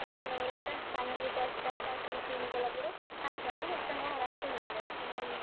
ଆସିଲା ପରେ ତାର ସ୍କାନର୍ ଗୋଟିଏ ଆସିଥାଏ ତାକୁ କ୍ଲିନ୍ କଲା ପରେ ପାଞ୍ଚ ଟଙ୍କା କି ଦଶ ଟଙ୍କା ଆରାମସେ ମିଳିଯାଏ ଏବଂ